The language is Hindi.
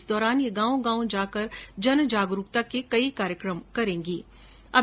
इस दौरान ये गांव गांव जाकर जन जागरूकता के कई कार्यक्रम आयोजित करे गी